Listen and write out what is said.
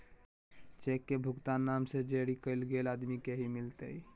cheque के भुगतान नाम से जरी कैल गेल आदमी के ही मिलते